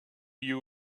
you